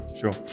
sure